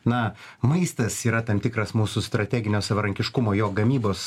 na maistas yra tam tikras mūsų strateginio savarankiškumo jo gamybos